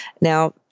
Now